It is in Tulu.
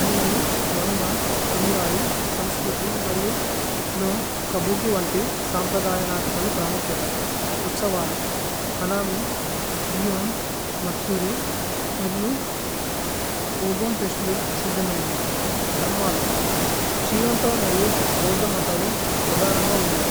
അനേമി, മന്ഘ, സമുരൈ, സമ്സ്ക്രുതി। മരിയു നോ കബുകിവന്തി സമ്പ്രദയനാതകലു। പ്രമുകിതമ് ഉത്സവലു, ഹനമി, ഗിഓന്, മത്സുരി। മരിയു ഓബോന് ഫേസ്തിവല് പ്രസിദ്ദമയനവേ ധര്മലു। ശിഓന്തോ മരിയു ഭോദ മതലു പ്രദനന്ഗ ഉന്നൈ।